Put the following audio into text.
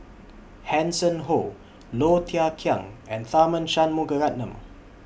Hanson Ho Low Thia Khiang and Tharman Shanmugaratnam